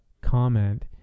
comment